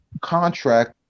contract